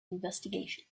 investigations